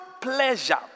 pleasure